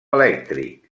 elèctric